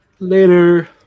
Later